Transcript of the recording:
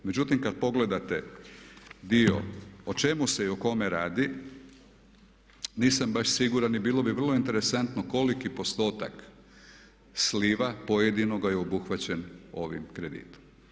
Međutim kad pogledate dio o čemu se i kome radi nisam baš siguran i bilo bi vrlo interesantno koliki postotak sliva pojedinoga je obuhvaćen ovim kreditom.